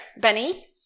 Benny